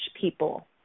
people